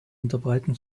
unterbreiten